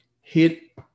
hit